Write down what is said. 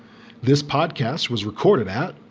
this podcast was recorded at.